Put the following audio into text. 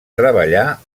treballar